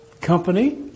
company